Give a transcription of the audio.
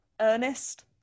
Ernest